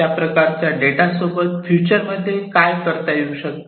त्या प्रकारच्या डेटा सोबत फ्युचर मध्ये काय करता येऊ शकते